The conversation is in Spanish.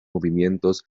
movimientos